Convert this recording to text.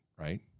Right